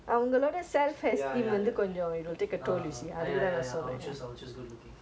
ah ah ya ya ya ya I will choose I will choose good looking but at the end of the day